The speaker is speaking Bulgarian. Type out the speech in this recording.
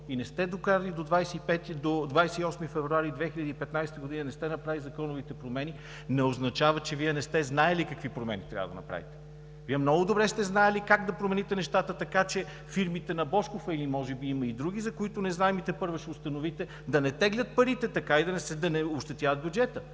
изпълнили Закона и до 28 февруари 2015 г. не сте направили законовите промени, не означава, че Вие не сте знаели какви промени трябва да направите. Вие много добре сте знаели как да промените нещата така, че фирмите на Божков, а може би има и други, за които не знаем и тепърва ще установите, да не теглят парите така и да не ощетяват бюджета.